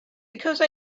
because